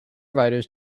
writers